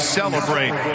celebrate